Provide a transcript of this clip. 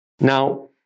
Now